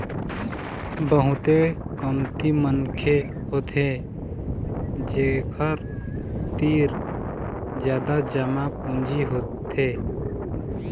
बहुते कमती मनखे होथे जेखर तीर जादा जमा पूंजी होथे